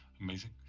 Amazing